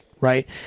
right